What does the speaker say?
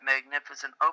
magnificent